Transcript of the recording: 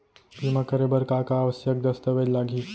बीमा करे बर का का आवश्यक दस्तावेज लागही